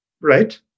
right